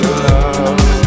love